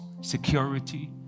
security